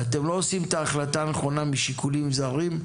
ואתם לא עושים את ההחלטה הנכונה משיקולים זרים,